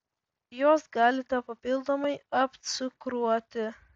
juos galite papildomai apcukruoti